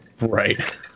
Right